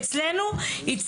אצלנו אין